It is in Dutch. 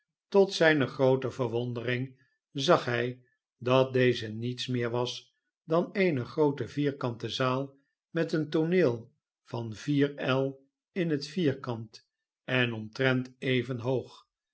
tot zijne groote verwondering zag hij dat deze niets meer was dan eene groote vierkante zaal met een tooneel van vier el in het vierkant en omtrent even hoog